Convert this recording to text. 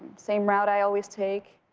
same route i always take.